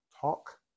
talk